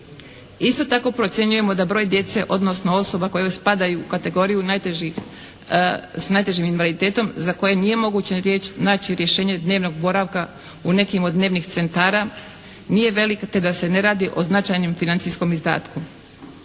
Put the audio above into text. Isto tako procjenjujemo da broj djece odnosno osoba koje spadaju u kategoriju s najtežim invaliditetom za koje nije moguće ni naći rješenje dnevnog boravka u nekim od dnevnih centara, nije velik te da se ne radi o značajnom financijskom izdatku.